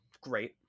great